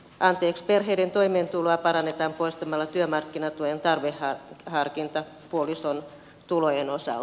anteeks perheiden toimeentuloa parannetaan poistamalla työmarkkinatuen tarveharkinta puolison tulojen osalta